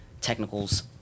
technicals